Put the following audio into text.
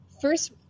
first